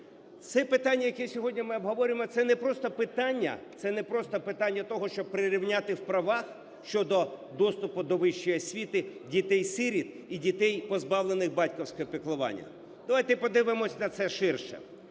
Це питання, яке сьогодні ми обговорюємо, - це не просто питання, це не просто питання того, щоб прирівняти в правах щодо доступу до вищої освіти дітей-сиріт і дітей, позбавлених батьківського піклування. Давайте подивимось на це ширше.